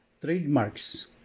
Trademarks